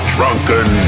Drunken